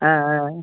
ஆ ஆ ஆ